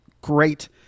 great